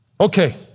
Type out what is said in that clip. Okay